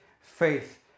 faith